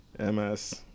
MS